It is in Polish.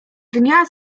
dnia